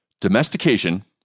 Domestication